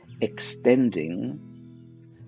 extending